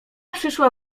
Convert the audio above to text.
przyszła